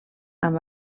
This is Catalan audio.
amb